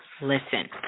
Listen